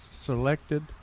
selected